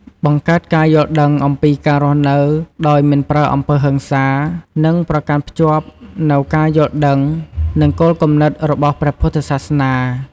បង្កើតការយល់ដឺងអំពីការរស់នៅដោយមិនប្រើអំពើហិង្សា និងកាន់ភ្ជាប់នូវការយល់ដឹង និងគោលគំនិត របស់ព្រះពុទ្ធសាសនា។